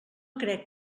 crec